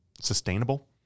sustainable